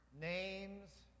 names